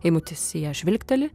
eimutis į ją žvilgteli